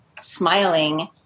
smiling